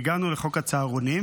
הגענו לחוק הצהרונים.